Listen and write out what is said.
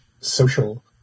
social